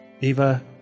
Eva